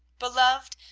beloved,